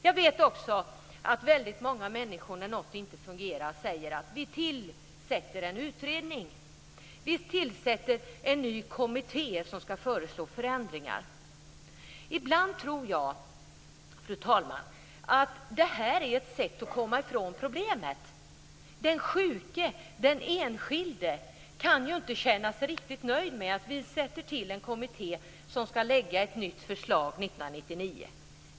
Jag vet att många människor, när något inte fungerar, säger att vi tillsätter en utredning. Vi tillsätter en ny kommitté som skall föreslå förändringar. Ibland tror jag, fru talman, att det är ett sätt att komma ifrån problemet. Den sjuke, den enskilde, kan ju inte känna sig riktigt nöjd med att vi tillsätter en kommitté som skall lägga ett nytt förslag 1999.